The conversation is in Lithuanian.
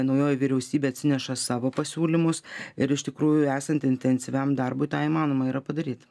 naujoji vyriausybė atsineša savo pasiūlymus ir iš tikrųjų esant intensyviam darbui tą įmanoma yra padaryt